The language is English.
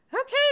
Okay